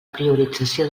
priorització